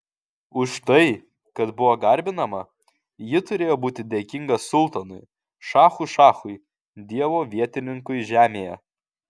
už tai kad buvo garbinama ji turėjo būti dėkinga sultonui šachų šachui dievo vietininkui žemėje